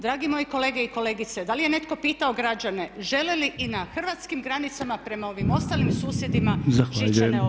Dragi moji kolege i kolegice, da li je netko pitao građane žele li i na hrvatskim granicama prema ovim ostalim susjedima žičane ograde.